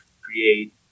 create